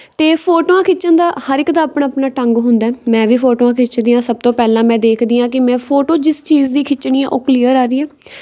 ਅਤੇ ਫੋਟੋਆਂ ਖਿੱਚਣ ਦਾ ਹਰ ਇੱਕ ਦਾ ਆਪਣਾ ਆਪਣਾ ਢੰਗ ਹੁੰਦਾ ਮੈਂ ਵੀ ਫੋਟੋਆਂ ਖਿੱਚਦੀ ਹਾਂ ਸਭ ਤੋਂ ਪਹਿਲਾਂ ਮੈਂ ਦੇਖਦੀ ਹਾਂ ਕਿ ਮੈਂ ਫੋਟੋ ਜਿਸ ਚੀਜ਼ ਦੀ ਖਿੱਚਣੀ ਹੈ ਉਹ ਕਲੀਅਰ ਆ ਰਹੀ ਹੈ